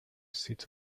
sits